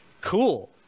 cool